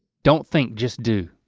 don't think just do.